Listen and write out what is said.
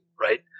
right